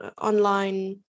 online